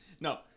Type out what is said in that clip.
No